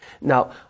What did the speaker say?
Now